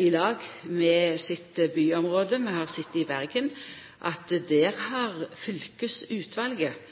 i lag med sitt byområde. Vi har sett at fylkesutvalet i Hordaland har gått inn for køprising i Bergen. Så har Bergen gått imot. Så har